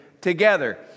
together